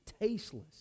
tasteless